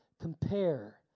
compare